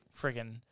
friggin